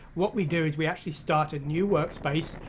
what we do is we actually start a new workspace,